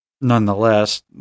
Nonetheless